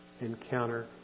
encounter